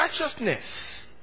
righteousness